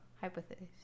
Hypothesis